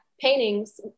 paintings